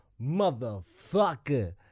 motherfucker